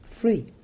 free